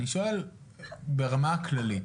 אני שואל ברמה כללית,